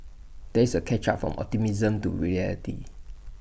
this A catch up from optimism to reality